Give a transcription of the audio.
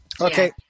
okay